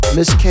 Miss